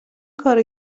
کارو